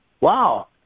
Wow